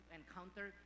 encounter